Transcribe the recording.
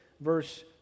Verse